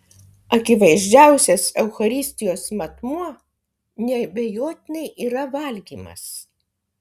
akivaizdžiausias eucharistijos matmuo neabejotinai yra valgymas